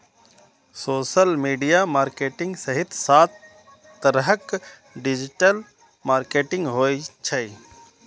social media marketing सहित सात तरहक डिजिटल मार्केटिंग होइ छै